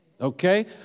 Okay